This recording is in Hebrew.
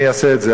אני אעשה את זה.